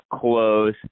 close